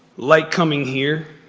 like coming here,